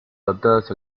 adaptadas